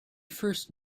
first